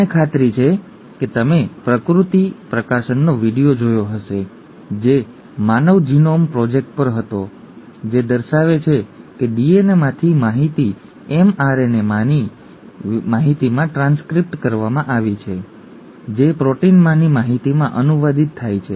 મને ખાતરી છે કે તમે પ્રકૃતિ પ્રકાશનનો વિડિઓ જોયો હશે જે માનવ જિનોમ પ્રોજેક્ટ પર હતો જે દર્શાવે છે કે DNAમાંની માહિતી mRNAમાંની માહિતીમાં ટ્રાન્સક્રિપ્ટ કરવામાં આવી છે જે પ્રોટીનમાંની માહિતીમાં અનુવાદિત થાય છે ઠીક છે